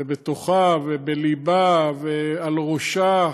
ובתוכה, ובלבה, ועל ראשה,